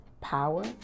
power